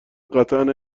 قطعا